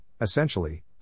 essentially